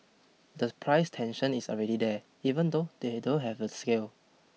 the price tension is already there even though they don't have the scale